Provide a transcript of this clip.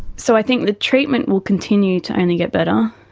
so i think the treatment will continue to only get better,